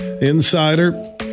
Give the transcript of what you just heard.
insider